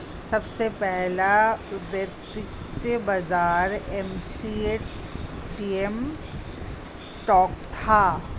सबसे पहला वित्तीय बाज़ार एम्स्टर्डम स्टॉक था